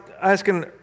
asking